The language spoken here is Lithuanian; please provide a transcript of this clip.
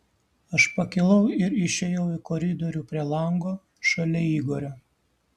aš pakilau ir išėjau į koridorių prie lango šalia igorio